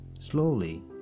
Slowly